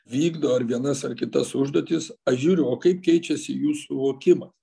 vykdo ar vienas ar kitas užduotis aš žiūriu o kaip keičiasi jų suvokimas